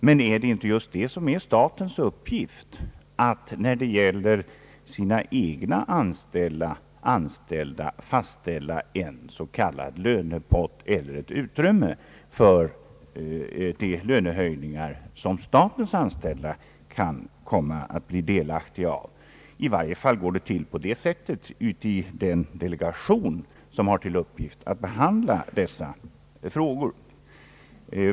Men är det inte egentligen statens uppgift att fastställa en s.k. lönepott eller ett utrymme för de lönehöjningar statens egna anställda kommer att bli delaktiga av? I varje fall går det till så i den delegation som har till uppgift att handlägga dessa frågor.